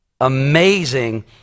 Amazing